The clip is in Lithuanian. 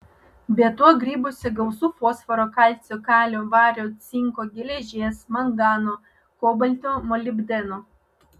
be to grybuose gausu fosforo kalcio kalio vario cinko geležies mangano kobalto molibdeno